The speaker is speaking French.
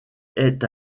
est